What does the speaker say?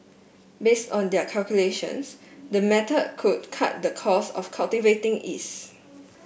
based on their calculations the method could cut the cost of cultivating yeast